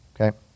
Okay